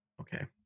okay